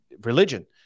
religion